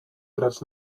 grać